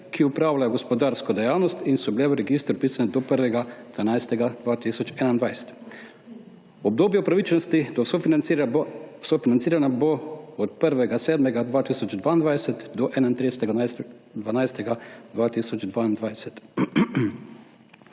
ki opravljajo gospodarsko dejavnost in so bile v register vpisane do 1. 12. 2021. Obdobje upravičenosti do sofinanciranja bo od 1. 7. 2022 do 31. 12. 2022.